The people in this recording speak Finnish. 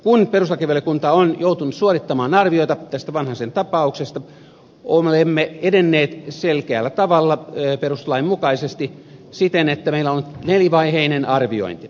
kun perustuslakivaliokunta on joutunut suorittamaan arviota tästä vanhasen tapauksesta olemme edenneet selkeällä tavalla perustuslain mukaisesti siten että meillä on ollut nelivaiheinen arviointi